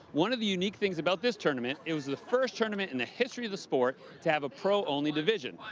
one of the unique things about this tournament, it was the first tournament in the history of the sport to have a pro only division.